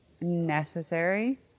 necessary